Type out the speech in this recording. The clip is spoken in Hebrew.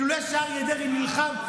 אילולא אריה דרעי נלחם,